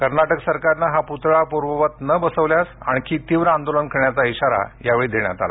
कर्नाटक सरकारने हा पुतळा पूर्ववत न बसल्यास आणखी तीव्र आंदोलन करण्याचा इशारा यावेळी देण्यात आला